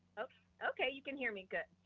okay, you can hear me, good.